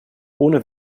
ohne